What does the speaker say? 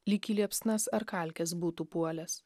lyg į liepsnas ar kalkes būtų puolęs